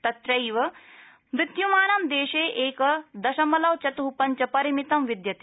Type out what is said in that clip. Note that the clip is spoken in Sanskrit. तत्रद्वीमृत्यमानं देशे एक दशमलव चत्ः पंच परिमितम् विद्यते